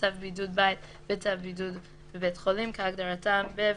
"צו בידוד בית" ו"צו בידוד בבית חולים" כהגדרתם ב...